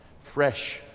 fresh